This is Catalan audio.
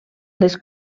les